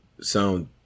sound